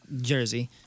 jersey